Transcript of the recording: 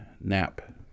nap